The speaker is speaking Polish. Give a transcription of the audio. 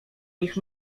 nich